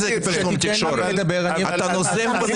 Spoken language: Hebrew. אז בוא